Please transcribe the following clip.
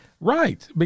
Right